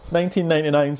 1999